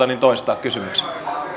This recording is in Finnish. toistaa kysymyksen